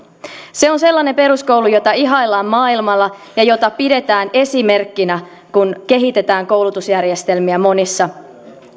se on sellainen peruskoulu jota ihaillaan maailmalla ja jota pidetään esimerkkinä kun kehitetään koulutusjärjestelmiä monissa